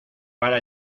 para